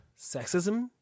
Sexism